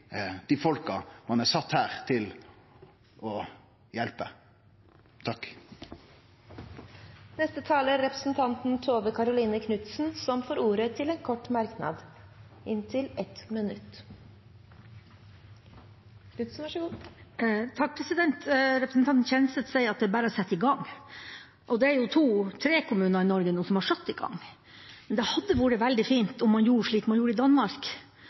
dei folka ein er sett til å hjelpe. Representanten Kjenseth sier at det er bare å sette i gang. Det er tre kommuner i Norge som nå har satt i gang. Men det hadde vært veldig fint om man gjorde slik man gjorde i Danmark,